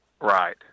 Right